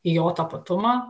į jo tapatumą